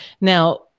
Now